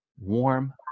warm